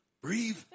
breathe